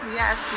yes